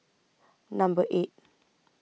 Number eight